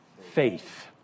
faith